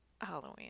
Halloween